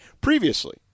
previously